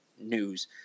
news –